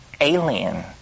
alien